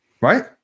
Right